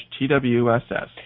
TWSS